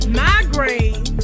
migraine